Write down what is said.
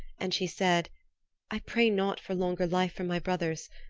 and she said i pray not for longer life for my brothers,